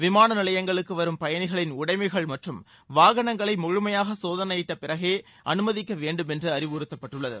விமான நிலையங்களுக்கு வரும் பயணிகளின் உடைமைகள் மற்றும் வாகனங்களை முழுமையாக சோதனையிட்ட பிறகே அனுமதிக்க வேண்டும் என்று அறிவுறுத்தப்பட்டுள்ளது